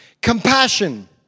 Compassion